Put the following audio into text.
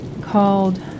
called